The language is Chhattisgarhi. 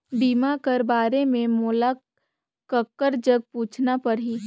बीमा कर बारे मे मोला ककर जग पूछना परही?